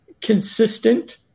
consistent